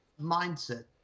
mindset